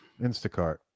Instacart